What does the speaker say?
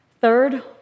Third